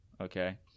Okay